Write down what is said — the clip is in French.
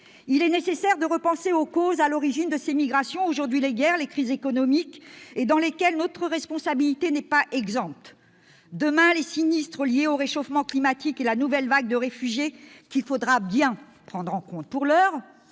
il est nécessaire de repenser aux causes à l'origine de ces migrations : aujourd'hui les guerres, les crises économiques dans lesquelles notre responsabilité n'est pas exempte ; demain les sinistres liés au réchauffement climatique et la nouvelle vague de réfugiés qu'il faudra bien prendre en compte. Pour l'heure,